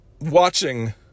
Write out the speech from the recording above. watching